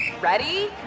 Ready